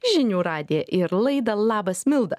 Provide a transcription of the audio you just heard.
žinių radiją ir laidą labas milda